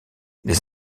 les